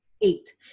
eight